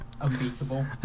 unbeatable